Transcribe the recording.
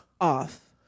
off